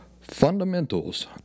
Fundamentals